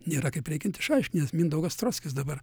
nėra kaip reikiant išaiškinęs mindaugas strockis dabar